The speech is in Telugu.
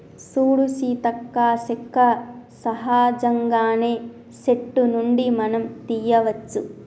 సూడు సీతక్క సెక్క సహజంగానే సెట్టు నుండి మనం తీయ్యవచ్చు